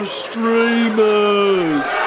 streamers